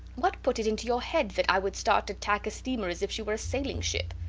what put it into your head that i would start to tack a steamer as if she were a sailing-ship?